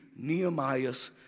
Nehemiahs